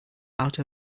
out